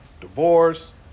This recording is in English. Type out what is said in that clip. divorce